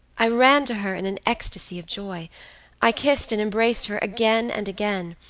i ran to her in an ecstasy of joy i kissed and embraced her again and again.